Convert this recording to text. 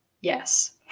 yes